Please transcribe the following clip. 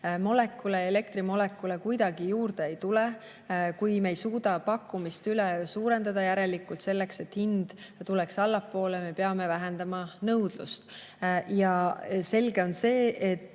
vähendada. Elektrimolekule kuidagi juurde ei tule. Kui me ei suuda pakkumist üleöö suurendada, järelikult selleks, et hind tuleks allapoole, me peame vähendama nõudlust. Ja selge on see, et